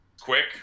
quick